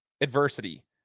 adversity